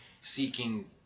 seeking